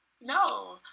no